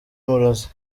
umurozi